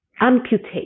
amputate